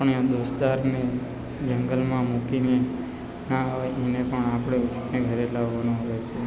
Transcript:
અમે દોસ્તારને જંગલમાં મૂકીને ના અવાય એને પણ આપણે ઊંચકીને ઘરે લાવવાનો હોય છે